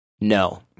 no